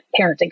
parenting